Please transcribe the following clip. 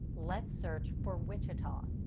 let's search for wichita.